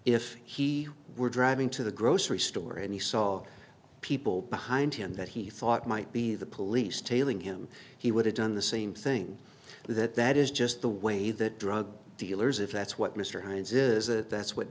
if he were driving to the grocery store and he saw people behind him that he thought might be the police tailing him he would have done the same thing that that is just the way that drug dealers if that's what mr hines is a that's what